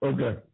Okay